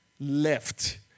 left